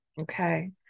Okay